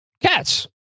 Cats